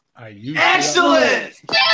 excellent